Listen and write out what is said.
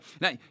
now